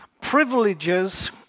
privileges